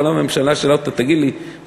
כל הממשלה שאלה אותו: תגיד לי,